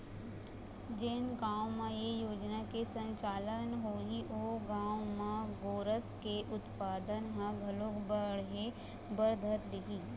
जेन गाँव म ए योजना के संचालन होही ओ गाँव म गोरस के उत्पादन ह घलोक बढ़े बर धर लिही